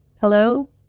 Hello